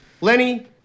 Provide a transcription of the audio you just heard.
Lenny